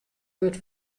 wurdt